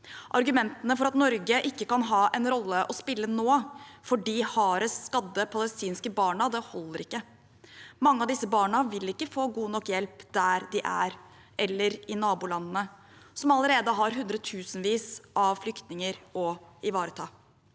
Argumentene for at Norge ikke kan ha en rolle å spille nå for de hardest skadde palestinske barna holder ikke. Mange av disse barna vil ikke få god nok hjelp der de er, eller i nabolandene, som allerede har hundretusenvis av flyktninger å ivareta.